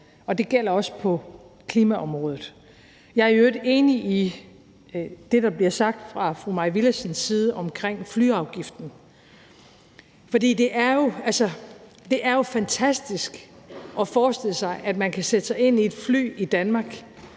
og det gælder også på klimaområdet. Jeg er i øvrigt enig i det, der bliver sagt fra fru Mai Villadsens side om flyafgiften, for det er jo fantastisk at forestille sig, at man om få år vil kunne sætte sig ind i et fly i Danmark